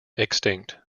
extinct